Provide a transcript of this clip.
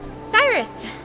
Cyrus